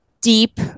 deep